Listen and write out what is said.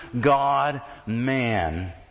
God-Man